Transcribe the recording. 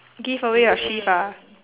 give away your shift ah